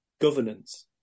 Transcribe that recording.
governance